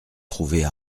trouvée